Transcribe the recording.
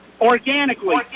organically